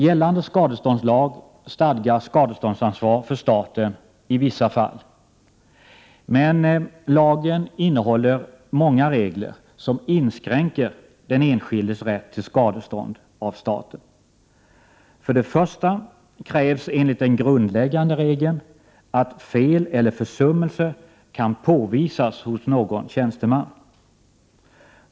Gällande skadeståndslag stadgar skadeståndsansvar för staten i vissa fall, men lagen innehåller många regler som inskränker den enskildes rätt till skadestånd av staten. För det första krävs det enligt den grundläggande regeln att fel eller försummelse kan påvisas hos någon tjänsteman.